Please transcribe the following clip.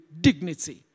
dignity